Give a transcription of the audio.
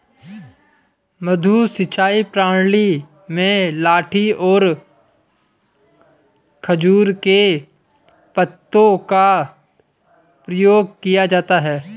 मद्दू सिंचाई प्रणाली में लाठी और खजूर के पत्तों का प्रयोग किया जाता है